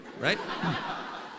right